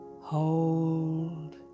hold